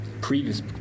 previous